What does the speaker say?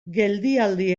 geldialdi